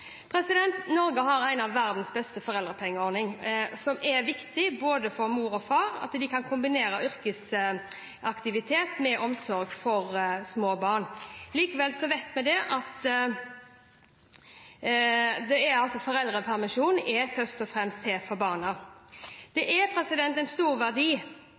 Norge har en av verdens beste foreldrepengeordninger, som er viktig for at både mor og far kan kombinere yrkesaktivitet med omsorg for små barn. Likevel vet vi at foreldrepermisjonen først og fremst er til for barna. Det er en stor verdi